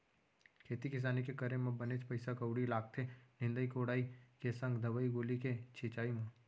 खेती किसानी के करे म बनेच पइसा कउड़ी लागथे निंदई कोड़ई के संग दवई गोली के छिंचाई म